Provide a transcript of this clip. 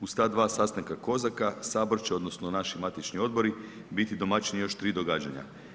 Uz ta 2 sastanka Kozaka, HS će odnosno naši matični odbori biti domaćini još 3 događanja.